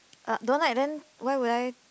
uh don't like then why would I